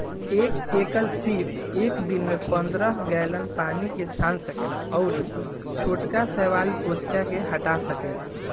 एक एकल सीप एक दिन में पंद्रह गैलन पानी के छान सकेला अउरी छोटका शैवाल कोशिका के हटा सकेला